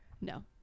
No